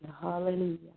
Hallelujah